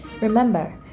Remember